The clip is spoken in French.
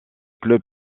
club